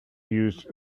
used